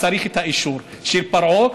צריך את האישור של פרעה.